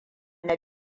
na